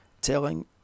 telling